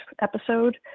episode